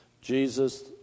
Jesus